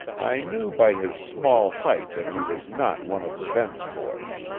i knew by his small height that he was not one of the benton boys.